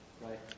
Right